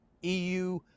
EU